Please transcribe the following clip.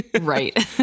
Right